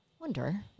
wonder